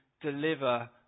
deliver